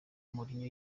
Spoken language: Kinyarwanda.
mourinho